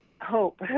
hope